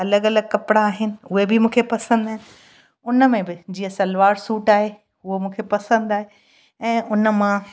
अलॻि अलॻि कपिड़ा आहिनि उहे बि मूंखे पसंदि आहिनि उन में ब जीअं सलवार सूट आहे उहो मूंखे पसंदि आहे ऐं उन मां